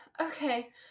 okay